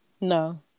No